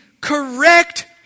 Correct